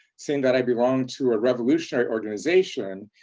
saying that i belong to a revolutionary organization,